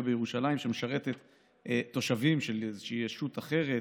בירושלים שמשרתת תושבים של ישות אחרת.